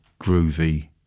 groovy